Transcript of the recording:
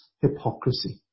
hypocrisy